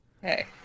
Hey